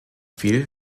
viel